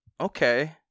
okay